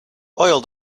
oil